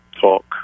talk